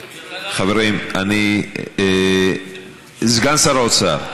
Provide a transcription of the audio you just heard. חברים, סגן שר האוצר,